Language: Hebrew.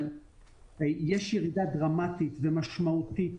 ירידה דרמטית ומשמעותית